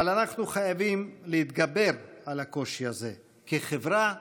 אבל אנחנו חייבים להתגבר על הקושי הזה כחברה וכמדינה.